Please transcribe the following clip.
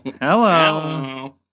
Hello